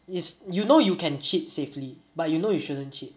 is you know you can cheat safely but you know you shouldn't cheat